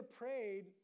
prayed